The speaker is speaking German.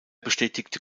bestätigte